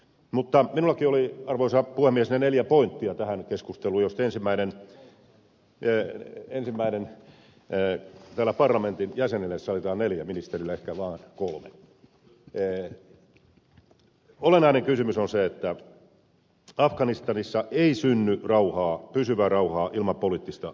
mutta minullakin oli arvoisa puhemies ne neljä pointtia tähän keskusteluun joista ensimmäinen täällä parlamentin jäsenille sallitaan neljä ministerille ehkä vaan kolme olennainen kysymys on se että afganistanissa ei synny pysyvää rauhaa ilman poliittista ratkaisua